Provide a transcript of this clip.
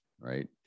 Right